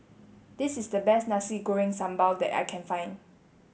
this is the best Nasi Goreng Sambal that I can find